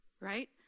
right